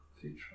future